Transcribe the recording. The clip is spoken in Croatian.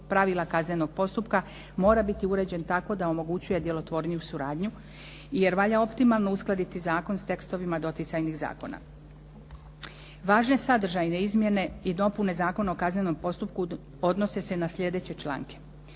pravila kaznenog postupka mora biti uređen tako da omogućuje djelotvorniju suradnju. Jer valja optimalno uskladiti zakon s tekstovima doticajnih zakona. Važne sadržajne izmjene i dopune Zakona o kaznenom postupku odnose se na sljedeće članke.